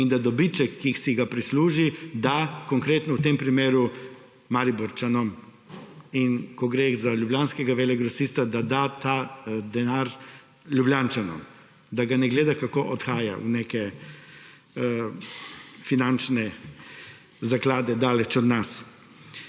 in dobiček, ki si ga prisluži, da konkretno v tem primeru Mariborčanom. In ko gre za ljubljanskega velegrosista, da da ta denar Ljubljančanom, da ga ne gleda, kako odhaja v neke finančne zaklade daleč od nas.